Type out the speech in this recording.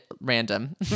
random